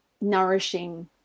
nourishing